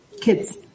Kids